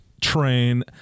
train